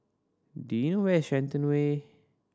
do you know where is Shenton Way